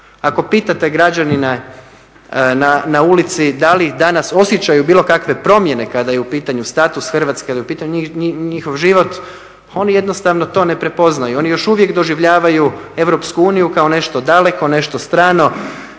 Ako pitate građanina na ulici da li danas osjećaju bilo kakve promjene kada je u pitanju status Hrvatske, kada je u pitanju njihov život, oni jednostavno to ne prepoznaju, oni još uvijek doživljavaju EU kao nešto daleko, nešto strano